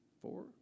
four